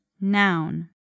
Noun